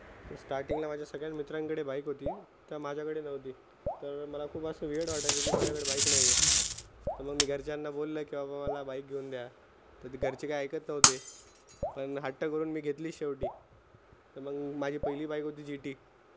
स्टार्टिंगला माझ्या सगळ्याच मित्रांकडे बाईक होती त्या माझ्याकडे नव्हती तर मला खूप असं वीयर्ड वाटायचं की माझ्याकडे बाईक नाही आहे तर मग मी घरच्यांना बोललं की बाबा मला बाईक घेऊन द्या तर ते घरचे काय ऐकत नव्हते पण हट्ट करून मी घेतली शेवटी तर मग माझी पहिली बाईक होती जी टी